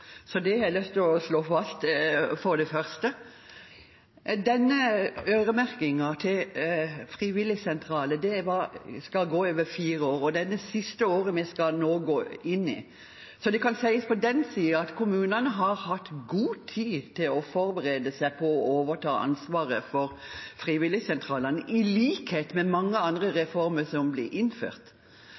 så det har jeg for det første lyst til å slå fast. Denne øremerkingen til frivilligsentraler skal gå over fire år, og det er det siste året vi nå skal gå inn i. Så det kan sies at på den måten har kommunene hatt god tid til å forberede seg på å overta ansvaret for frivilligsentralene, i likhet med mange andre reformer som blir innført.